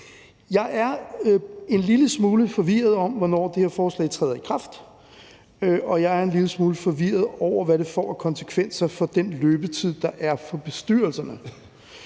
Jeg er en lille smule forvirret over, hvornår det her forslag træder i kraft, og jeg er en lille smule forvirret over, hvad det får af konsekvenser for den løbetid, der er for bestyrelserne.